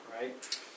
right